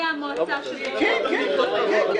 מהמועצה שלו --- כן, כן.